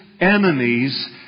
enemies